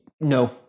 no